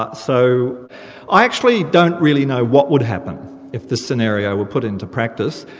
but so i actually don't really know what would happen if this scenario were put into practice.